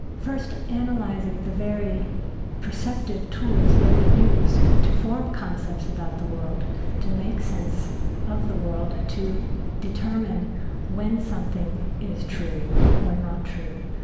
first analyzing the very perceptive tools that we use to form concepts about the world to make sense of the world, to determine when something is true or not true.